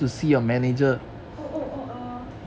oh oh oh err